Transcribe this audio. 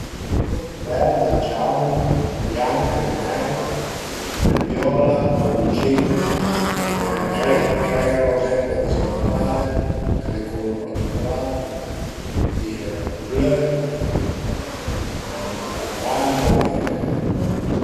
Ël vert, ël giaun, ël bianch, ël neir, ël viola, ël maruncin, ël cré ël crè rozé cum a dizìa me pare ch'al e ën culur particular, a ie ël blö,a ie a ie l'amaranto